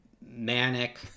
manic